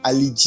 Ali